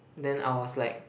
then I was like